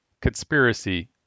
Conspiracy